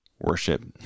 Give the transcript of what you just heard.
worship